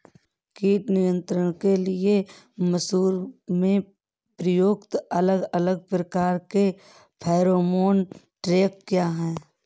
कीट नियंत्रण के लिए मसूर में प्रयुक्त अलग अलग प्रकार के फेरोमोन ट्रैप क्या है?